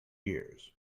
years